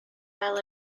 fel